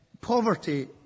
poverty